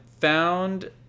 found